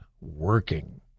working